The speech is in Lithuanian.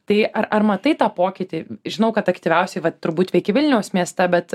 tai ar ar matai tą pokytį žinau kad aktyviausiai vat turbūt veiki vilniaus mieste bet